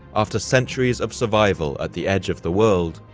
after centuries of survival at the edge of the world,